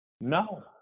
no